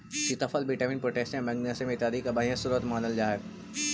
सीताफल vitamin, potassium, magnesium इत्यादि का बढ़िया स्रोत मानल जा हई